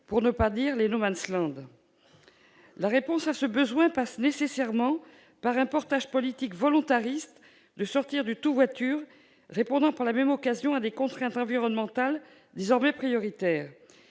pour ne pas dire. La réponse à ce besoin passe nécessairement par un portage politique volontariste de sortir du « tout-voiture », répondant par la même occasion à des contraintes environnementales désormais prioritaires,